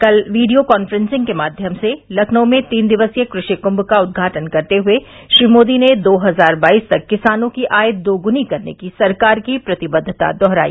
कल video conference के माध्यम से लखनऊ में तीन दिक्सीय कृषि कुम का उद्घाटन करते हुए श्री मोदी ने दो हजार बाईस तक किसानों की आय दोगुनी करने की सरकार की प्रतिबद्वता दोहराई